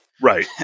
right